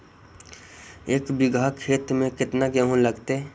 एक बिघा खेत में केतना गेहूं लगतै?